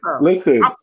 Listen